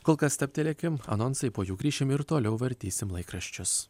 kol kas stabtelėkim anonsai po jų grįšime ir toliau vartysime laikraščius